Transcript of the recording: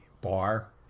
Bar